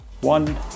one